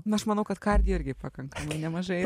nu aš manau kad kardi irgi pakankamai nemažai